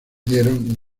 dieron